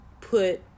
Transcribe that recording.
put